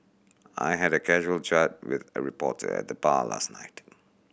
I had a casual chat with a reporter at the bar last night